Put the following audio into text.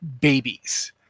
babies